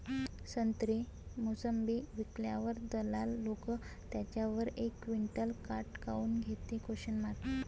संत्रे, मोसंबी विकल्यावर दलाल लोकं त्याच्यावर एक क्विंटल काट काऊन घेते?